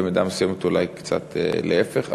במידה מסוימת אולי קצת להפך.